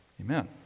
Amen